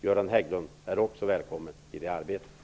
Göran Hägglund är också välkommen i det arbetet.